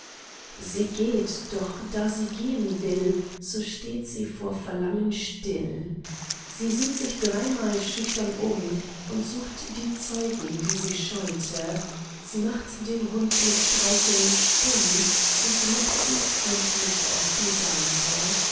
sie geht doch da sie gehen will so steht sie vor verlangen still sie sieht sich dreimal schüchtern um und sucht die zeugen die sie scheute sie macht den hund mit streicheln stumm und lockt ihn freundlich auf die seite